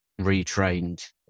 retrained